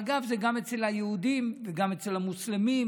אגב, זה גם אצל היהודים וגם אצל המוסלמים,